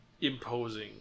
Imposing